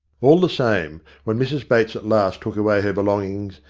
all the same when mrs bates at last took away her belongings,